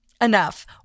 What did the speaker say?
enough